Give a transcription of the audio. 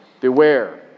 Beware